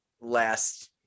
last